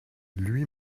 lui